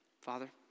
Father